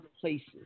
places